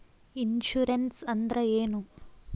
Insurance ಅಂದ್ರ ಏನು?